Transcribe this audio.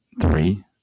three